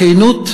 הכנות,